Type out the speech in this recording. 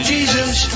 Jesus